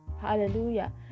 Hallelujah